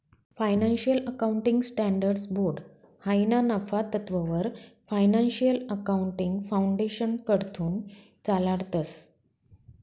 financial accounting standards board हायी ना नफा तत्ववर फायनान्शियल अकाउंटिंग फाउंडेशनकडथून चालाडतंस